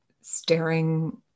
staring